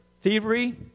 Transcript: thievery